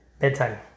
Bedtime